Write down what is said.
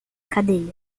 cadeia